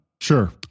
Sure